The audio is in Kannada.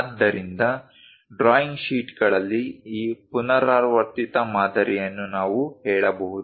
ಆದ್ದರಿಂದ ಡ್ರಾಯಿಂಗ್ ಶೀಟ್ಗಳಲ್ಲಿ ಈ ಪುನರಾವರ್ತಿತ ಮಾದರಿಯನ್ನು ನಾವು ಹೇಳಬಹುದು